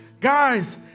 Guys